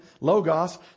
Logos